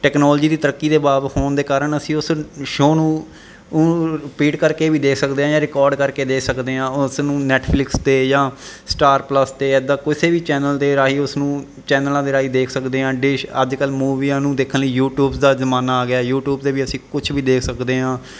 technology ਦੀ ਤਰੱਕੀ ਦੇ ਬਾਵ ਹੋਣ ਦੇ ਕਾਰਨ ਅਸੀਂ ਉਸ ਸ਼ੋਅ ਨੂੰ ਉਹਨੂੰ ਰਿਪੀਟ ਕਰਕੇ ਵੀ ਦੇਖ ਸਕਦੇ ਹਾਂ ਰਿਕਾਰਡ ਕਰਕੇ ਦੇਖ ਸਕਦੇ ਹਾਂ ਉਸ ਨੂੰ ਨੈੱਟਫਲਿਕਸ 'ਤੇ ਜਾਂ ਸਟਾਰ ਪਲੱਸ 'ਤੇ ਐਦਾਂ ਕਿਸੇ ਵੀ ਚੈਨਲ ਦੇ ਰਾਹੀਂ ਉਸਨੂੰ ਚੈਨਲਾਂ ਦੇ ਰਾਹੀਂ ਦੇਖ ਸਕਦੇ ਹਾਂ ਡਿਸ਼ ਅੱਜ ਕੱਲ ਮੂਵੀਆਂ ਨੂੰ ਦੇਖਣ ਲਈ ਯੂਟੀਊਬਸ ਦਾ ਜ਼ਮਾਨਾ ਆ ਗਿਆ ਯੂਟੀਊਬ 'ਤੇ ਵੀ ਅਸੀਂ ਕੁਛ ਵੀ ਦੇਖ ਸਕਦੇ ਹਾਂ